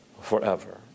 forever